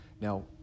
Now